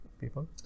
people